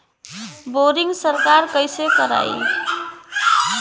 Boring सरकार कईसे करायी?